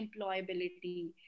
employability